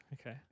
Okay